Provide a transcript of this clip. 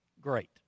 great